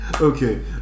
okay